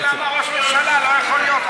כי אתה לא מסביר למה ראש ממשלה לא יכול להיות רק,